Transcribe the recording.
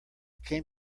came